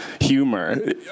humor